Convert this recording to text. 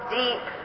deep